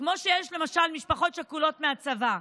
כמו שיש למשל משפחות שכולות מהצבא,